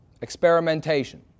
experimentation